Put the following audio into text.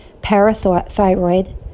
parathyroid